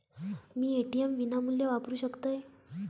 मी ATM विनामूल्य वापरू शकतय?